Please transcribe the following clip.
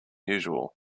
usual